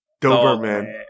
doberman